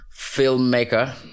filmmaker